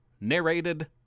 narrated